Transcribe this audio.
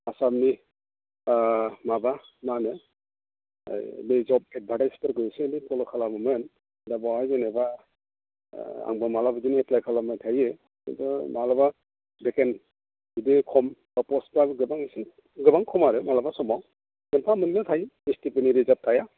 आसामनि माबा मा होनो बे जब एडभार्टाइजफोरखौ एसे एनै फल' खालामोमोन दा बेवहाय जेनेबा आंबो माब्लाबा बिदिनो एप्लाइ खालामबाय थायो दा माब्लाबा भेकेन्ट जुदि खम पस्टआ गोबां खम आरो माब्लाबा समाव मोनफा मोननै थायो एसटिफोरनि रिजार्भ थाया